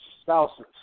spouses